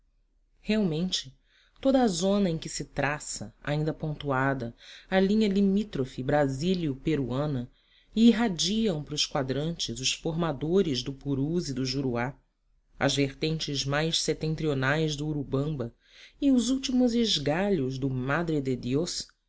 realmente toda a zona em que se traça ainda pontuada a linha limítrofe brasilio peruana e irradiam para os quadrantes os formadores do purus e do juruá as vertentes mais setentrionais do urubamba e os últimos esgalhos do madre de diós